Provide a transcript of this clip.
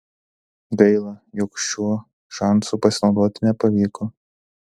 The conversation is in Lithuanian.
gaila jog šiuo šansu pasinaudoti nepavyko